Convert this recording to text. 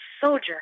soldier